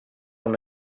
una